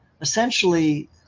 essentially